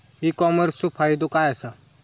E कॉमर्सचो फायदो काय असा?